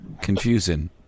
confusing